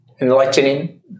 enlightening